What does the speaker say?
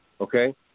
Okay